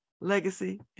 legacy